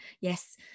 Yes